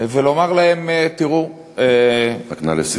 ולומר להם: תראו, נא לסיים.